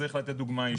דרום השרון,